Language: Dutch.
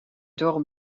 dorre